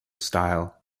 style